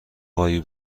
هایی